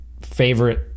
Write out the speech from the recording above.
favorite